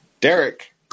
Derek